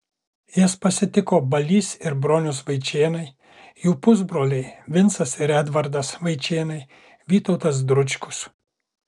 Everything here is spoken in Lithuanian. jas pasitiko balys ir bronius vaičėnai jų pusbroliai vincas ir edvardas vaičėnai vytautas dručkus